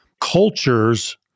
Cultures